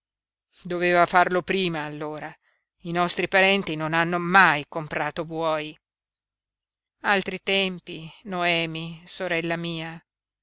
doveva farlo prima allora i nostri parenti non hanno mai comprato buoi altri tempi noemi sorella mia